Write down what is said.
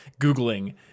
Googling